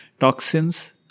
Toxins